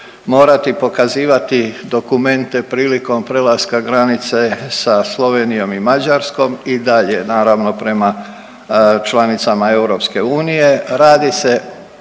morati pokazivati dokumente prilikom prelaska granice sa Slovenijom i Mađarskom i dalje naravno prema članicama EU. Radi se